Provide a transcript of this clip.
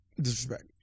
Disrespect